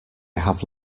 have